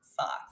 socks